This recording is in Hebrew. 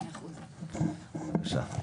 בבקשה.